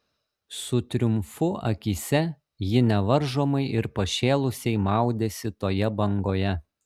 su triumfu akyse ji nevaržomai ir pašėlusiai maudėsi toje bangoje